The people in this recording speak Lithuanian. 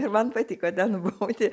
ir man patiko ten būti